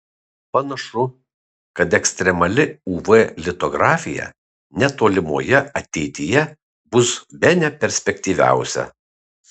panašu kad ekstremali uv litografija netolimoje ateityje bus bene perspektyviausia